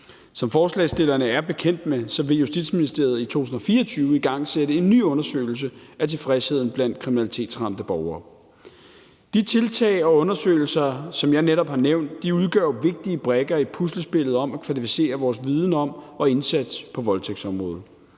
Som forslagsstillerne er bekendt med, vil Justitsministeriet i 2024 igangsætte en ny undersøgelse af tilfredsheden blandt kriminalitetsramte borgere. De tiltag og undersøgelser, som jeg netop har nævnt, udgør vigtige brikker i puslespillet om at kvalificere vores viden om og indsats på voldtægtsområdet.